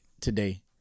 today